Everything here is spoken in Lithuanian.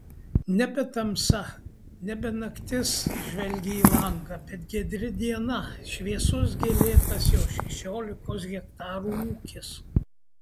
nebe tamsa nebe naktis žvelgė į langą bet giedri diena šviesus gėlėtas jo šešiolikos hektarų ūkis